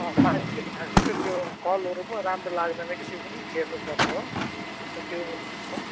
अँ पाइप चाहिँ भाँचिएको त्यो कलहरू पनि राम्रो लाग्दैन कि त्यो पनि फेर्नु पर्ने हो अन्त त्यो